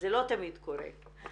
זה לא תמיד קורה,